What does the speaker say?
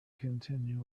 continue